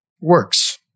works